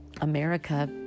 America